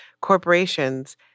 corporations